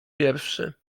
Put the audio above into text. pierwszy